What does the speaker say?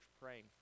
praying